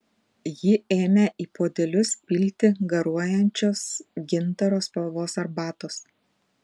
ji ėmė į puodelius pilti garuojančios gintaro spalvos arbatos